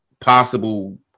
possible